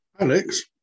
Alex